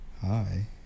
Hi